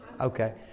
Okay